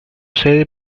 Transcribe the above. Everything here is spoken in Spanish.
sede